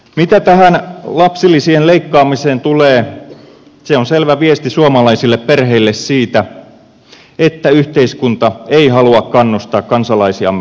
mitä tähän lapsilisien leikkaamiseen tulee se on selvä viesti suomalaisille perheille siitä että yhteiskunta ei halua kannustaa kansalaisiamme lasten hankintaan